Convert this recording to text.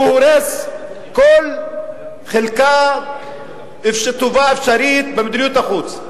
שהוא הורס כל חלקה טובה אפשרית במדיניות החוץ,